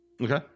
Okay